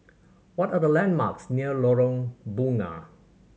what are the landmarks near Lorong Bunga